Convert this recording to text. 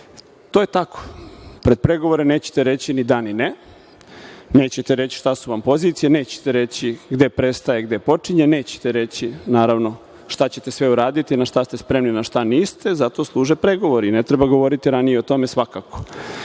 To je tako, pred pregovore nećete reći ni da ni ne. Nećete reći šta su vam pozicije. Nećete reći gde prestaje, gde počinje. Nećete reći, naravno, šta ćete sve uraditi, na šta ste spremni, na šta niste, zato služe pregovori. Ne treba govoriti ranije o tome, svakako. Ovo